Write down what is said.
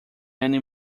many